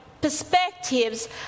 perspectives